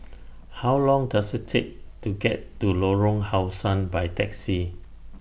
How Long Does IT Take to get to Lorong How Sun By Taxi